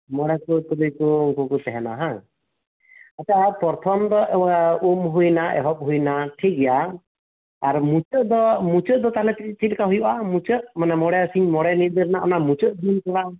ᱢᱚᱬᱮᱠᱚ ᱛᱩᱨᱩᱭᱠᱚ ᱩᱱᱠᱩ ᱠᱚ ᱛᱟᱦᱮᱱᱟ ᱦᱮᱸᱵᱟᱝ ᱟᱪᱪᱷᱟ ᱯᱚᱨᱛᱷᱚᱢ ᱫᱚ ᱩᱢ ᱦᱩᱭ ᱮᱱᱟ ᱮᱦᱚᱵ ᱦᱩᱭ ᱮᱱᱟ ᱴᱷᱤᱠᱜᱮᱭᱟ ᱟᱨ ᱢᱩᱪᱟᱹᱫ ᱫᱚ ᱢᱩᱪᱟᱹᱫ ᱫᱚ ᱛᱟᱦᱚᱞᱮ ᱪᱮᱫᱞᱮᱠᱟ ᱦᱩᱭᱩᱜᱼᱟ ᱢᱩᱪᱟᱹᱫ ᱢᱟᱱᱮ ᱢᱟᱬᱮ ᱥᱤᱧ ᱢᱚᱬᱮ ᱧᱤᱫᱟᱹ ᱨᱮᱭᱟᱜ ᱚᱱᱟ ᱢᱩᱪᱟᱹᱫ ᱫᱤᱱ ᱛᱷᱚᱲᱟ